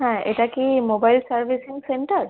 হ্যাঁ এটা কি মোবাইল সার্ভিসিং সেন্টার